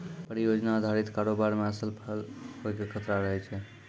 परियोजना अधारित कारोबार मे असफल होय के खतरा रहै छै